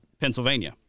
Pennsylvania